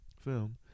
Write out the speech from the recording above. film